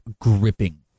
gripping